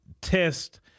test